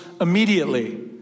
immediately